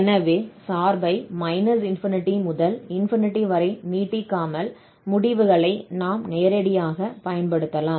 எனவே சார்பை முதல் வரை நீட்டிக்காமல் முடிவுகளை நாம் நேரடியாகப் பயன்படுத்தலாம்